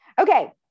Okay